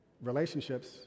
relationships